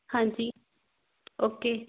ਹਾਂਜੀ ਓਕੇ